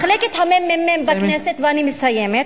מחלקת הממ"מ בכנסת, ואני מסיימת,